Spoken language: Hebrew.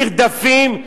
נרדפים,